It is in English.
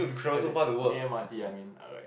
as in there M_R_T I mean alright